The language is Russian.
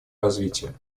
развития